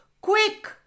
Quick